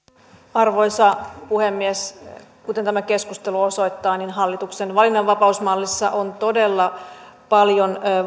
arvoisa puhemies kuten tämä keskustelu osoittaa hallituksen valinnanvapausmallissa on todella paljon